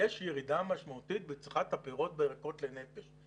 יש ירידה משמעותית בצריכת הפירות והירקות לנפש.